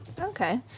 Okay